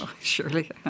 Surely